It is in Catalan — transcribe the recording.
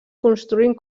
construint